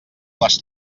les